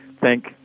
thank